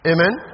Amen